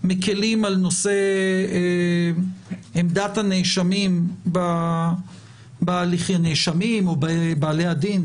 מקלים על נושא עמדת הנאשמים או בעלי הדין,